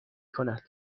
کند